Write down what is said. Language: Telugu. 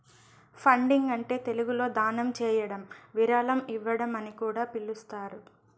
ఫండింగ్ అంటే తెలుగులో దానం చేయడం విరాళం ఇవ్వడం అని కూడా పిలుస్తారు